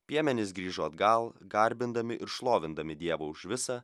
piemenys grįžo atgal garbindami ir šlovindami dievą už visa